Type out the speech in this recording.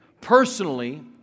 Personally